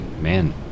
man